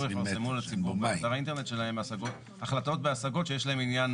יפרסמו לציבור באתר האינטרנט שלהם החלטות בהשגות שיש להן עניין